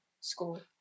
School